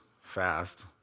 fast